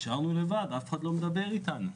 שנשארנו לבד, אף אחד לא מדבר איתנו.